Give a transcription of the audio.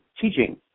teaching